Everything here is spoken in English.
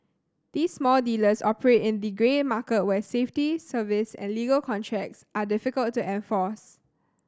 these small dealers operate in the grey market where safety service and legal contracts are difficult to enforce